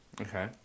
Okay